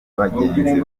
bagenzi